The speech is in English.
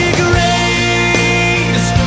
grace